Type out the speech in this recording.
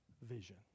vision